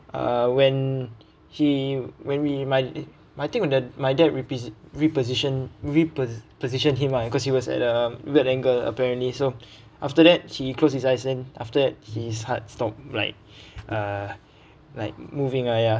uh when he when we my my think on the my dad repeats hi~ reposition repos~ position him ah cause he was at a weird angle apparently so after that he closed his eyes then after that his heart stopped like uh like moving uh ya